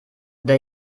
der